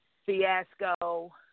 Fiasco